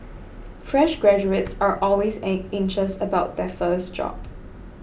fresh graduates are always anxious about their first job